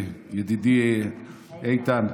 ידידי איתן.